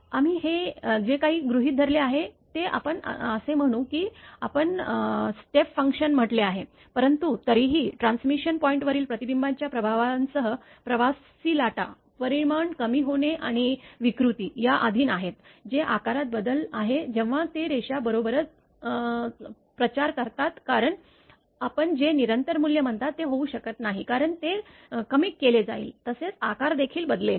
आम्ही जे काही गृहित धरले आहे ते आपण असे म्हणू की आपण स्टेप फंक्शन म्हटले आहे परंतु तरीही ट्रान्समिशन पॉईंटवरील प्रतिबिंबांच्या प्रभावांसह प्रवासी लाटा परिमाण कमी होणे आणि विकृती या अधीन आहेत जे आकारात बदल आहे जेव्हा ते रेषा बरोबरच प्रचार करतात कारण आपण जे निरंतर मूल्य म्हणता ते होऊ शकत नाही कारण ते कमी केले जाईल तसेच आकार देखील बदलेल